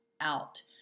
out